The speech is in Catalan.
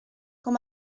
com